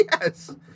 Yes